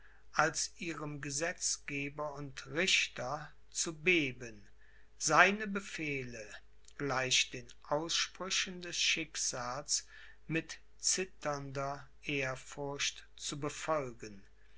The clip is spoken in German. als ihrem gesetzgeber und richter zu beben seine befehle gleich den aussprüchen des schicksals mit zitternder ehrfurcht zu befolgen